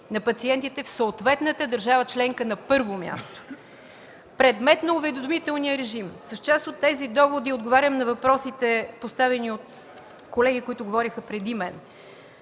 на пациентите в съответната държава членка, на първо място. Предмет на уведомителния режим – с част от тези доводи отговорям на въпросите, поставени от колеги, говорили преди мен